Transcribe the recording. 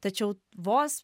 tačiau vos